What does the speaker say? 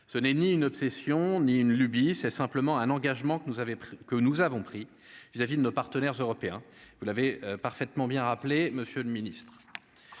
ce n'est ni une obsession, ni une lubie, c'est simplement un engagement que nous avons que nous avons pris vis-à-vis de nos partenaires européens, vous l'avez parfaitement bien rappelé, Monsieur le Ministre,